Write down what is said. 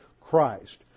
Christ